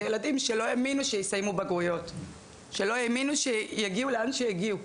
אלה ילדים שלא האמינו שיסיימו בגרויות שלא האמינו שיגיעו לאן שהגיעו,